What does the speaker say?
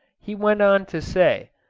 he went on to say,